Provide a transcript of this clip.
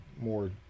more